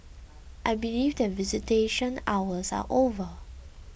I believe that visitation hours are over